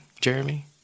jeremy